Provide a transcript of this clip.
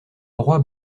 roi